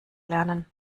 lernen